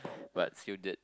but still did